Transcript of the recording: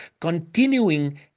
continuing